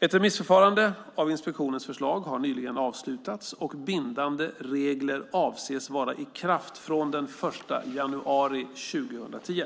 Ett remissförfarande av inspektionens förslag har nyligen avslutats och bindande regler avses vara i kraft från den 1 januari 2010.